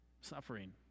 suffering